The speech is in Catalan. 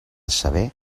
saber